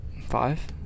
Five